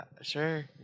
sure